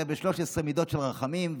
הרי ב-13 מידות של רחמים,